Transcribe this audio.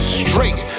straight